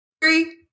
Three